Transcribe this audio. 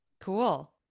Cool